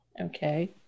Okay